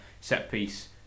set-piece